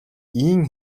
ийн